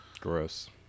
Gross